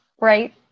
right